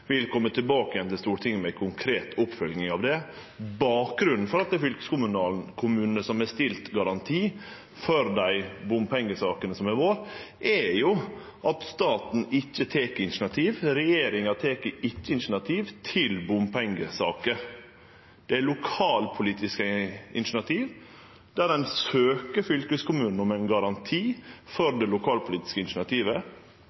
vil kome tilbake igjen til Stortinget med konkret oppfølging av det. Bakgrunnen for at det er fylkeskommunane som har stilt garanti for dei bompengesakene som har vore, er jo at staten ikkje tek initiativ, regjeringa tek ikkje initiativ til bompengesaker. Det er lokalpolitisk initiativ, der ein søkjer fylkeskommunen om ein garanti for